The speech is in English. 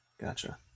gotcha